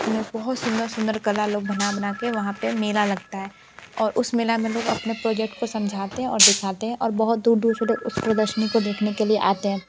अपने बहुत सुंदर सुंदर कला लोग बना बना कर वहाँ पर मेला लगता है और उस मेले में लोग अपने प्रोजेक्ट को समझाते हैं और दिखाते हैं और बहुत दूर दूर से लोग उस प्रदर्शनी को देखने के लिए आते हैं